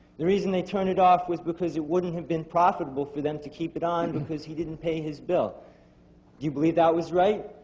the reason they turned it off was because it wouldn't have been profitable for them to keep it on because he didn't pay his bill. do you believe that was right?